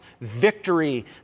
victory